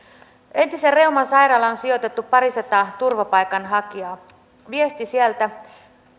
entiseen reumasairaalaan on sijoitettu parisataa turvapaikanhakijaa viesti sieltä